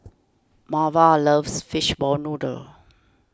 Marva loves Fishball Noodle